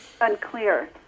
unclear